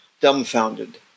dumbfounded